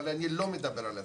אבל אני לא מדבר על התנאים,